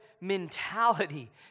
mentality